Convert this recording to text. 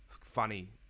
funny